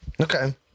Okay